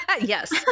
Yes